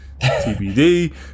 TBD